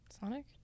sonic